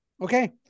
Okay